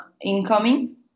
incoming